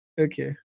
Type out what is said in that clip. okay